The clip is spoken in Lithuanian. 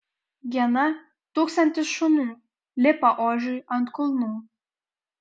gena tūkstantis šunų lipa ožiui ant kulnų